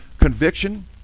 conviction